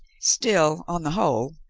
still on the whole,